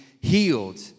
healed